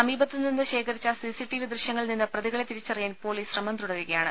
സമീപത്തുനിന്ന് ശേഖരിച്ച സിസിടിവി ദൃശ്യങ്ങ ളിൽ നിന്ന് പ്രതികളെ തിരിച്ചറിയാൻ പൊലീസ് ശ്രമം തുട രുകയാണ്